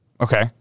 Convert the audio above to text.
Okay